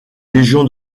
légion